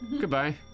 Goodbye